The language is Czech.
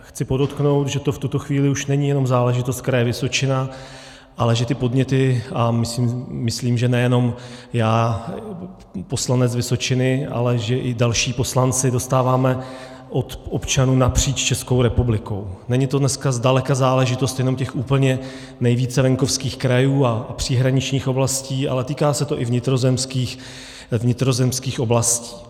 Chci podotknout, že to v tuto chvíli už není jenom záležitost Kraje Vysočina, ale že ty podněty, a myslím, že nejenom já, poslanec Vysočiny, ale i další poslanci dostáváme od občanů napříč Českou republikou, není to dneska zdaleka záležitost jenom těch úplně nejvíce venkovských krajů a příhraničních oblastí, ale týká se to i vnitrozemských oblastí.